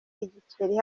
igiceri